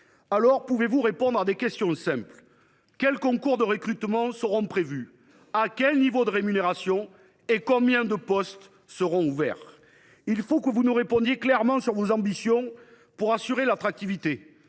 pouvez vous répondre à quelques questions simples ? Quels concours de recrutement seront prévus ? À quel niveau de rémunération ? Combien de postes seront ouverts ? Il faut que vous nous répondiez clairement sur vos ambitions pour assurer l’attractivité